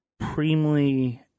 supremely